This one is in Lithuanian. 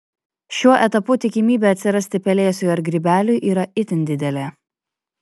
šiuo etapu tikimybė atsirasti pelėsiui ar grybeliui yra itin didelė